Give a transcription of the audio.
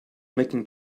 making